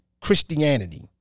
Christianity